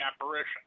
apparition